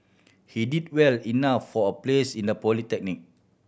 he did well enough for a place in a polytechnic